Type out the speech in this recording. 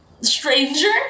stranger